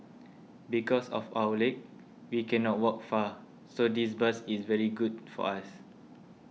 because of our leg we cannot walk far so this bus is very good for us